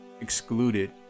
excluded